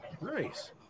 Nice